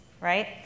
right